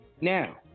now